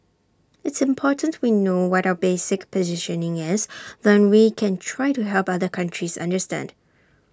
it's important we know what our basic positioning is then we can try to help other countries understand